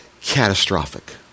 catastrophic